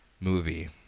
movie